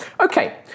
Okay